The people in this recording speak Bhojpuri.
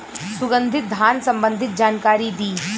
सुगंधित धान संबंधित जानकारी दी?